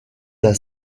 d’un